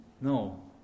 No